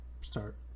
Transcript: start